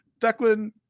Declan